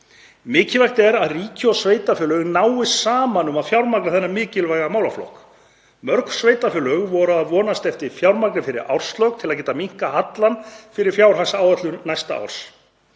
Mikilvægt er að ríki og sveitarfélög nái saman um að fjármagna þennan mikilvæga málaflokk. Mörg sveitarfélög voru að vonast eftir fjármagni fyrir árslok til að geta minnkað hallann fyrir fjárhagsáætlun næsta árs.